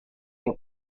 que